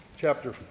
Chapter